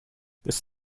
this